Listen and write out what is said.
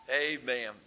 Amen